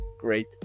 great